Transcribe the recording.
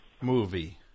movie